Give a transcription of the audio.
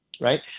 right